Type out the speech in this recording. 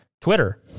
Twitter